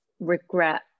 regret